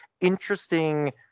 interesting